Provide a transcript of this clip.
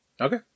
Okay